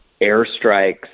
airstrikes